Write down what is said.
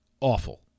awful